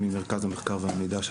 ממרכז המחקר ומידע של